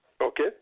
Okay